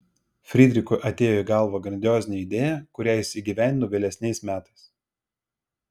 fridrichui atėjo į galvą grandiozinė idėja kurią jis įgyvendino vėlesniais metais